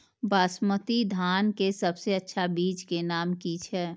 बासमती धान के सबसे अच्छा बीज के नाम की छे?